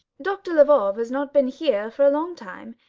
doctor lvoff has not been here for a long time.